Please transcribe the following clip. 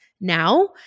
now